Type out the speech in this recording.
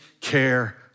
care